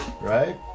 right